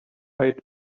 eyed